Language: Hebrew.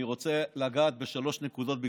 אני רוצה לגעת בשלוש נקודות בקצרה,